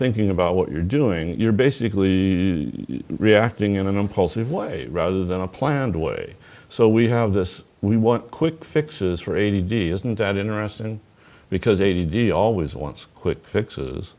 thinking about what you're doing you're basically reacting in an impulsive way rather than a planned way so we have this we want quick fixes for a day isn't that interesting because a do you always want quick fixes